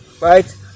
right